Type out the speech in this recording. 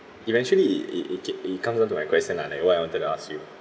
eventually it it it keep it comes on to my question lah like what I wanted to ask you